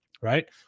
Right